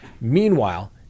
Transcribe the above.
Meanwhile